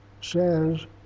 says